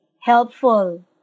helpful